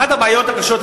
אחת הבעיות הקשות,